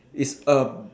it's a